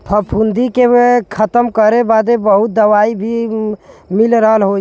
फफूंदी के खतम करे बदे बहुत दवाई भी मिल रहल हई